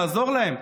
לעזור להם,